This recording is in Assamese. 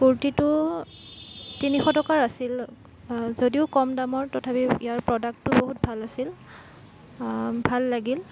কুৰ্তীটো তিনিশ টকাৰ আছিল যদিও কম দামৰ তথাপি ইয়াৰ প্ৰডাক্টটো বহুত ভাল আছিল ভাল লাগিল